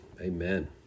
Amen